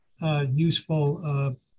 useful